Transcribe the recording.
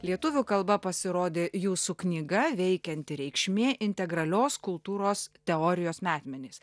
lietuvių kalba pasirodė jūsų knyga veikianti reikšmė integralios kultūros teorijos metmenys